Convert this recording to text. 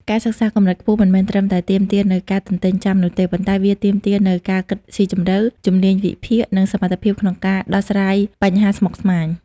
ការសិក្សាកម្រិតខ្ពស់មិនមែនត្រឹមតែទាមទារនូវការទន្ទេញចាំនោះទេ ប៉ុន្តែវាទាមទារនូវ ការគិតស៊ីជម្រៅ ជំនាញវិភាគ និងសមត្ថភាពក្នុងការដោះស្រាយបញ្ហាស្មុគស្មាញ។